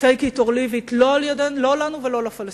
take it or leave it, לא לנו ולא לפלסטינים.